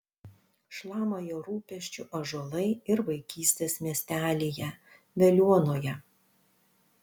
šlama jo rūpesčiu ąžuolai ir vaikystės miestelyje veliuonoje